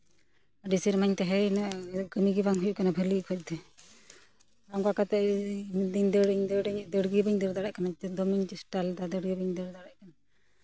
ᱟᱹᱰᱤ ᱥᱮᱨᱢᱟᱧ ᱛᱟᱦᱮᱸᱭᱮᱱᱟᱹᱧ ᱠᱟᱹᱢᱤ ᱜᱮ ᱵᱟᱝ ᱦᱩᱭᱩᱜ ᱠᱟᱱᱟ ᱵᱷᱟᱹᱞᱤ ᱚᱠᱚᱡ ᱛᱮ ᱚᱝᱠᱟ ᱠᱟᱛᱮᱫ ᱤᱧ ᱫᱚ ᱫᱟᱹᱲᱟᱹᱧ ᱫᱟᱹᱲᱟᱹᱧ ᱫᱟᱹᱲ ᱜᱮ ᱵᱟᱹᱧ ᱫᱟᱹᱲ ᱫᱟᱲᱮᱭᱟᱜ ᱠᱟᱱᱟ ᱫᱚᱢᱮᱧ ᱪᱮᱥᱴᱟ ᱞᱮᱫᱟ ᱫᱟᱹᱲ ᱜᱮ ᱵᱟᱹᱧ ᱫᱟᱹᱲ ᱫᱟᱲᱮᱭᱟᱫᱟ